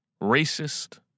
racist